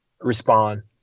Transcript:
respond